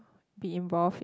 be involved in